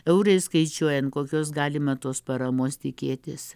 eurais skaičiuojant kokios galima tos paramos tikėtis